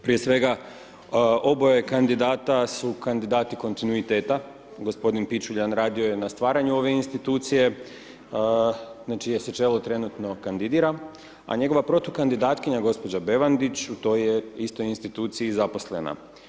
Prije svega oboje kandidata su kandidati kontinuiteta, gospodin Pičuljan radio je na stvaranju ove institucije, na čije se čelo trenutno kandidira, a njegova protukandidatkinja gospođa Bevandić u toj je istoj instituciji zaposlena.